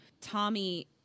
tommy